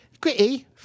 Gritty